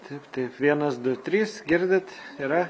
taip taip vienas du trys girdit yra